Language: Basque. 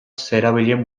zerabilen